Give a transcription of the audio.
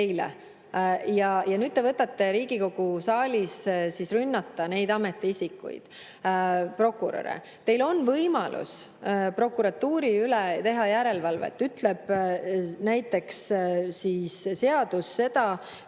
teile ja nüüd te võtate Riigikogu saalis rünnata neid ametiisikuid, prokuröre. Teil on võimalus prokuratuuri üle teha järelevalvet. Näiteks prokuratuuriseadus